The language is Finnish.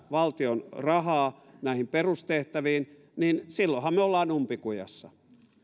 valtion rahaa näihin perustehtäviin niin silloinhan me olemme umpikujassa